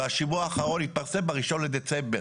והשימוע האחרון התפרסם ב-1 בדצמבר,